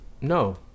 No